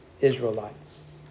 Israelites